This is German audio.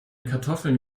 kartoffeln